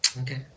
okay